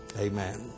Amen